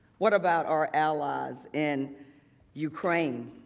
what about our allies in ukraine?